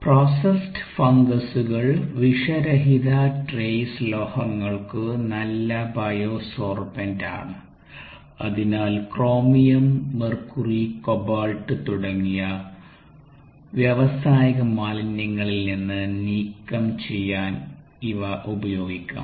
processed ഫംഗസുകൾ വിഷരഹിത trace ലോഹങ്ങൾക്ക് നല്ല ബയോസോർബെന്റ് ആണ് അതിനാൽ ക്രോമിയം മെർക്കുറി കൊബാൾട്ട് തുടങ്ങിയവ വ്യാവസായിക മാലിന്യങ്ങളിൽ നിന്ന് നീക്കം ചെയ്യാൻ ഇവ ഉപയോഗിക്കാം